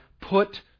put